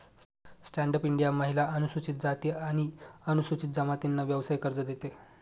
stand up India महिला, अनुसूचित जाती आणि अनुसूचित जमातींना व्यवसाय कर्ज देते